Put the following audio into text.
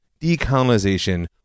decolonization